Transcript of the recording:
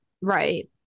right